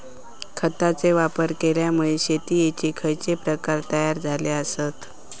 खतांचे वापर केल्यामुळे शेतीयेचे खैचे प्रकार तयार झाले आसत?